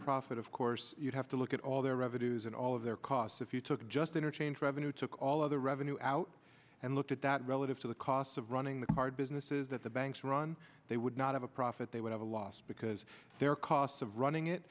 profit of course you have to look at all their revenues and all of their costs if you took just interchange revenue took all of the revenue out and looked at that relative to the cost of running the card businesses that the banks run they would not have a profit they would have a loss because their costs of running it